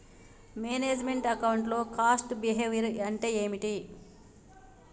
Manage meant account లో cost behaviour అంటే ఏమిటి?